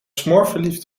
smoorverliefd